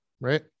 right